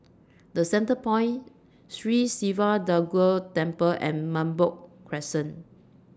The Centrepoint Sri Siva Durga Temple and Merbok Crescent